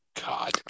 God